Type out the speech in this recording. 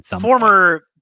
Former